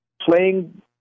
playing